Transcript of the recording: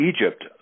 Egypt